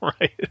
Right